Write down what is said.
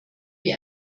wie